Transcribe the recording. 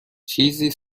چیزی